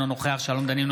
אינו נוכח שלום דנינו,